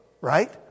right